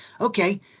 Okay